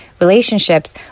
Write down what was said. relationships